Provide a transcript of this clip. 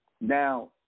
Now